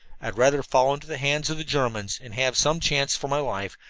i'd rather fall into the hands of the germans, and have some chance for my life,